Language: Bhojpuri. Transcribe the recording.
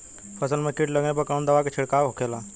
फसल में कीट लगने पर कौन दवा के छिड़काव होखेला?